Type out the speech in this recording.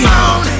on